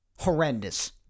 horrendous